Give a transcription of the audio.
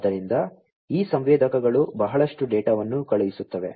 ಆದ್ದರಿಂದ ಈ ಸಂವೇದಕಗಳು ಬಹಳಷ್ಟು ಡೇಟಾವನ್ನು ಕಳುಹಿಸುತ್ತವೆ